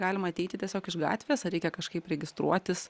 galima ateiti tiesiog iš gatvės ar reikia kažkaip registruotis